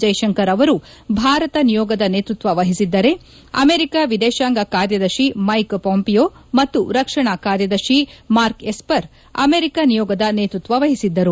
ಜೈಶಂಕರ್ ಅವರು ಭಾರತ ನಿಯೋಗದ ನೇತೃತ್ವ ವಹಿಸಿದ್ದರೆ ಅಮೆರಿಕ ವಿದೇಶಾಂಗ ಕಾರ್ಯದರ್ಶಿ ಮೈಕ್ ಪೊಂಪಿಯೊ ಮತ್ತು ರಕ್ಷಣಾ ಕಾರ್ಯದರ್ಶಿ ಮಾರ್ಕ್ ಎಸ್ಪರ್ ಅಮೆರಿಕ ನಿಯೋಗದ ನೇತೃಕ್ಷ ವಹಿಸಿದ್ದರು